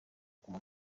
kanwa